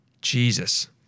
Jesus